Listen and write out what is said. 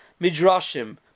Midrashim